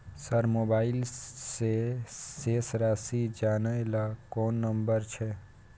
Sir mobile से शेस राशि जानय ल कोन नंबर छै?